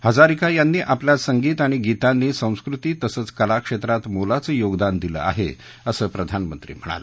हजारिका यांनी आपल्या संगीत आणि गीतांनी संस्कृती तसंच कलाक्षेत्रात मोलाचं योगदान दिलं आहे असं प्रधानमंत्री म्हणाले